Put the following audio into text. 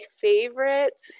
favorite